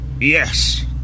yes